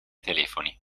telefoni